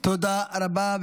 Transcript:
תודה רבה.